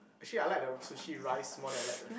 actually I like the sushi rice more than I like the